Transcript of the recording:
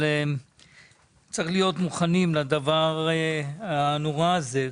צריך להיות מוכנים לדבר הנורא הזה,